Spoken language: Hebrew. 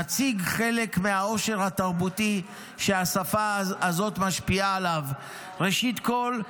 נציג חלק מהעושר התרבותי שהשפה הזאת משפיעה עליו: ראשית כול,